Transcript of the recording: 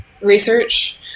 research